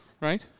Right